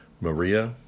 Maria